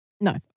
no